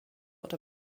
oder